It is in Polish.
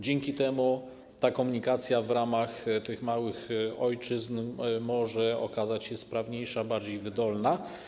Dzięki temu ta komunikacja w ramach tych małych ojczyzn może okazać się sprawniejsza, bardziej wydolna.